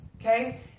okay